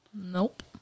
Nope